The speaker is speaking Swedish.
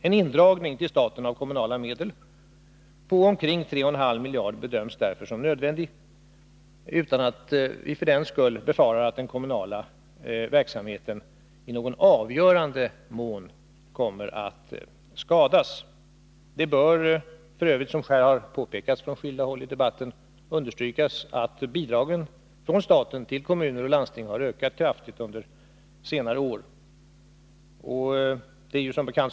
En indragning till staten av kommunala medel på omkring 3,5 miljarder bedöms därför som nödvändig, utan att vi för den skull befarar att den kommunala verksamheten i någon avgörande mån kommer att skadas. Det bör f. ö., som här har påpekats från skilda håll i debatten, understrykas att bidragen från staten till kommuner och landsting har ökat kraftigt under senare år.